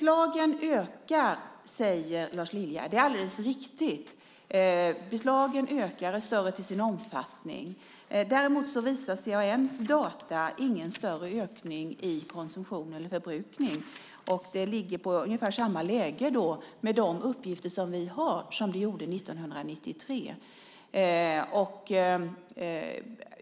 Lars Lilja säger att beslagen ökar. Det är alldeles riktigt. Beslagen ökar och är större till sin omfattning. Däremot visar CAN:s data ingen större ökning i konsumtion eller förbrukning. De uppgifter som vi har visar att läget är ungefär detsamma som 1993.